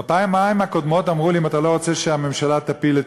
בפעמיים הקודמות אמרו לי: אם אתה לא רוצה שהממשלה תפיל את